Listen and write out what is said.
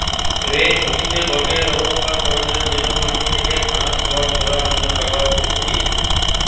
rake হতিছে গটে রোকমকার সরঞ্জাম যেটি মাটি থেকে ঘাস, খড় তোলার জন্য ব্যবহার করতিছে